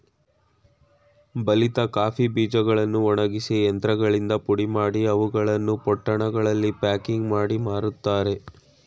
ಬಲಿತ ಕಾಫಿ ಬೀಜಗಳನ್ನು ಒಣಗಿಸಿ ಯಂತ್ರಗಳಿಂದ ಪುಡಿಮಾಡಿ, ಅವುಗಳನ್ನು ಪೊಟ್ಟಣಗಳಲ್ಲಿ ಪ್ಯಾಕಿಂಗ್ ಮಾಡಿ ಮಾರ್ತರೆ